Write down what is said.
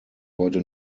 heute